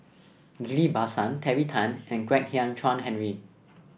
Ghillie Basan Terry Tan and Kwek Hian Chuan Henry